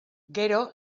gero